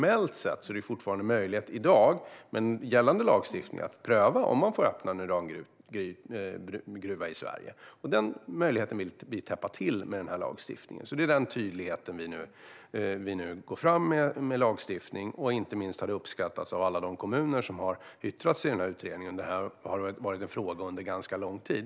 Formellt sett är det dock i dag med gällande lagstiftning fortfarande möjligt att pröva om man får öppna en urangruva i Sverige. Den möjligheten vill vi täppa till med den här lagstiftningen, som skapar en tydlighet. Detta har uppskattats inte minst av alla de kommuner som har yttrat sig om den här utredningen. Detta har varit en fråga under ganska lång tid.